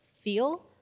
feel